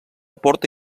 porta